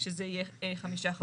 שזה יהיה חמישה חברים.